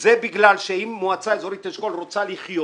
זה בגלל שאם מועצה אזורית אשכול רוצה לחיות